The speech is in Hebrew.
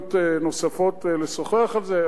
הזדמנויות נוספות לשוחח על זה,